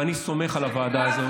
ואני סומך על הוועדה הזאת.